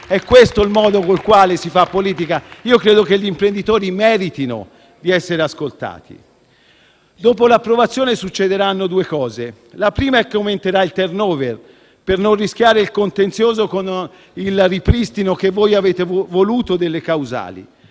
È questo il modo in cui si fa politica? Io credo che gli imprenditori meritino di essere ascoltati. Dopo l'approvazione di questo provvedimento, succederanno due cose: la prima è che aumenterà il *turnover*, per non rischiare il contenzioso con il ripristino che voi avete voluto delle causali;